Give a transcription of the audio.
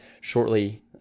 shortly